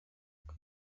aka